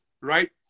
Right